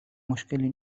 مشکلی